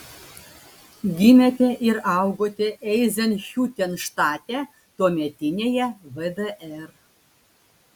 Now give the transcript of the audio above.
gimėte ir augote eizenhiutenštate tuometinėje vdr